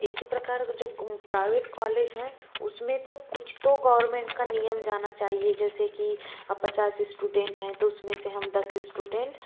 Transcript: इसी प्रकार जो प्राइवेट कॉलेज है उसमें तो कुछ तो गवर्नमेंट का नियम जाना चाहिए जैसे कि अब पचास स्टूडेंट है तो उसमें से हम दस स्टूडेंट